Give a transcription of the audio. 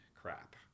crap